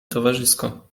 towarzysko